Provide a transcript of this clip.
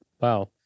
wow